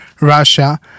Russia